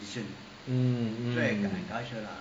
mm mm